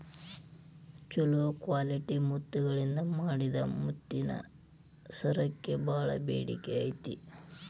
ಚೊಲೋ ಕ್ವಾಲಿಟಿ ಮುತ್ತಗಳಿಂದ ಮಾಡಿದ ಮುತ್ತಿನ ಸರಕ್ಕ ಬಾಳ ಬೇಡಿಕೆ ಐತಿ